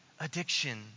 addiction